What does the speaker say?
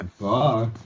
Bye